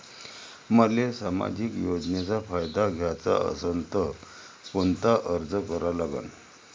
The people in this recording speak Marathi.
मले सामाजिक योजनेचा फायदा घ्याचा असन त कोनता अर्ज करा लागन?